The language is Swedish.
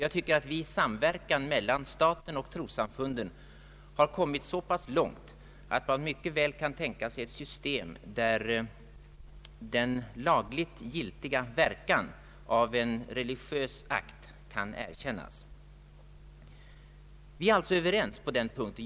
Jag tycker att vi i samverkan mellan staten och trossamfunden har kommit så pass långt att man mycket väl kan tänka sig ett system där den lagligt giltiga verkan av en religiös akt kan erkännas. Herr Sörenson och jag är alltså överens på den punkten.